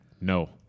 No